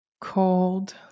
cold